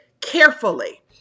carefully